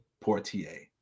Portier